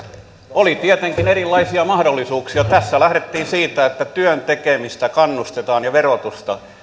oli tietenkin erilaisia mahdollisuuksia tässä lähdettiin siitä että työn tekemiseen kannustetaan verotuksella